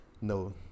no